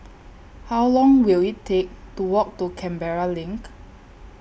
How Long Will IT Take to Walk to Canberra LINK